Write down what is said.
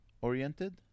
oriented